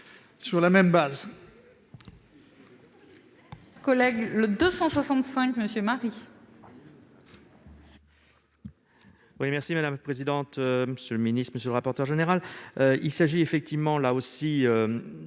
sur la même base.